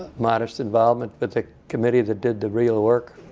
modest involvement with the committee that did the real work